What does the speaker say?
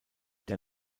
der